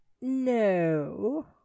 No